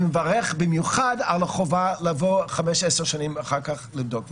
אני מברך במיוחד על החובה לבוא חמש-עשר שנים אחר כך ולבדוק,